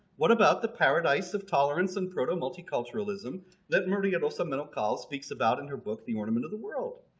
what about the paradise of tolerance and proto-multiculturalism that maria del cimento cal speaks about in her book the ornament of the world?